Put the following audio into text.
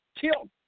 Killed